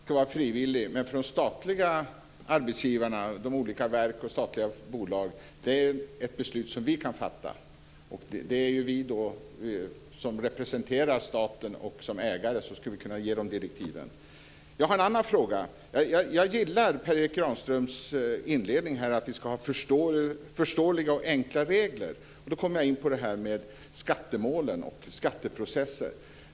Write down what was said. Fru talman! Vi är överens om det ska vara frivilligt. Men vi kan fatta beslut om att de statliga arbetsgivarna, de olika verken och statliga bolagen, ska göra detta. Vi representerar ju staten, och som ägare skulle vi kunna ge de direktiven. Jag har en annan fråga också. Jag gillar Per Erik Granströms inledning om att vi ska ha förståeliga och enkla regler. Då kommer jag in på detta med skattemål och skatteprocesser.